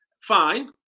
fine